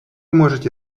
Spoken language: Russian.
можете